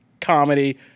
comedy